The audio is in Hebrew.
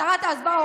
שרת ההסברה,